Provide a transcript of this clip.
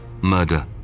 murder